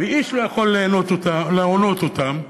ואיש לא יכול להונות אותם.